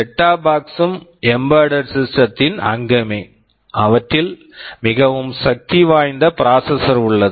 set top box set of box ம் embedded system embedded system மின் அங்கமே அவற்றில் மிகவும் சக்திவாய்ந்த ப்ராசசர் processor உள்ளது